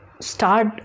start